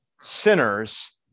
sinners